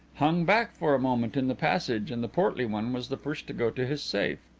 hung back for a moment in the passage and the portly one was the first to go to his safe.